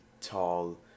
tall